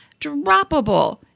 droppable